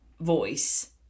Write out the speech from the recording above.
voice